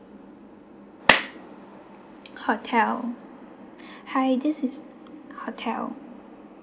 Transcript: hotel hi this is hotel